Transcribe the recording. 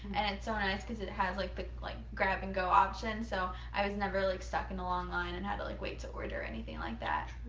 and so nice because it has like the like grab-and-go option. so i was never like stuck in a long line and had to like wait to order or anything like that.